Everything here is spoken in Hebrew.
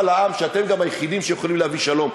לעם שאתם גם היחידים שיכולים להביא שלום.